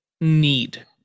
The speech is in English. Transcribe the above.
Need